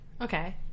Okay